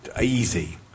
Easy